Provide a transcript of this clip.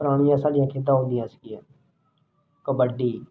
ਪੁਰਾਣੀਆਂ ਸਾਡੀਆਂ ਖੇਡਾਂ ਹੁੰਦੀਆਂ ਸੀਗੀਆਂ ਕਬੱਡੀ